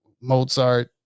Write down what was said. mozart